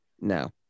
No